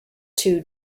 two